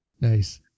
Nice